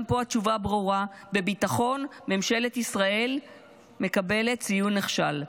גם פה התשובה ברורה: בביטחון ממשלת ישראל מקבלת ציון נכשל.